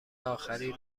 آخری